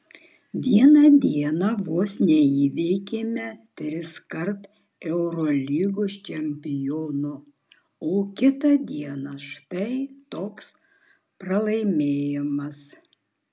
vieną dieną vos neįveikėme triskart eurolygos čempionų o kitą dieną štai toks pralaimėjimas